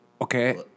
Okay